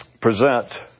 present